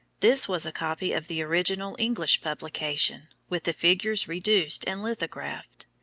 this was a copy of the original english publication, with the figures reduced and lithographed.